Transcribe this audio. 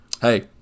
Hey